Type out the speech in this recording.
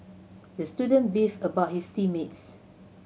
the student beefed about his team mates